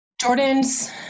Jordan's